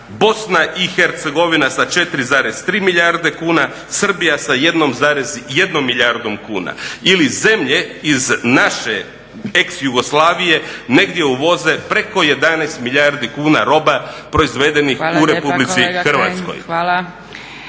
o CEFTA-i BiH sa 4,3 milijarde kuna, Srbija sa 1,1 milijardom kuna. Ili zemlje iz naše ex-Jugoslavije negdje uvoze preko 11 milijardi kuna roba proizvedenih u RH.